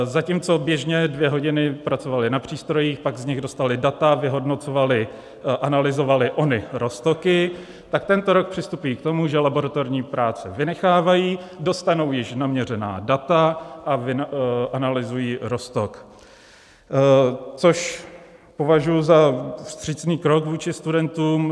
Zatímco běžně dvě hodiny pracovali na přístrojích, pak z nich dostali data, vyhodnocovali a analyzovali ony roztoky, tak tento rok přistupují k tomu, že laboratorní práce vynechávají, dostanou již naměřená data a analyzují roztok, což považuji za vstřícný krok vůči studentům.